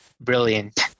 brilliant